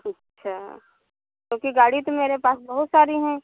अच्छा क्योंकि गाड़ी तो मेरे पास बहुत सारी है